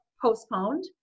postponed